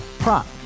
Prop